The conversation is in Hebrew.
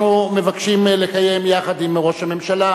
אנחנו מבקשים לקיים יחד עם ראש הממשלה